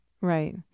right